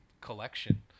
collection